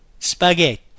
Spaghetti